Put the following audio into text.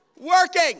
working